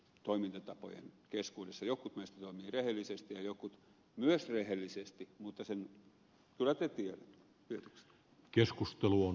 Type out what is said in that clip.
jotkut meistä toimivat rehellisesti ja jotkut myös rehellisesti mutta sen oletettiin yks keskusteluun